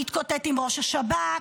להתקוטט עם ראש השב"כ,